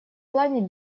плане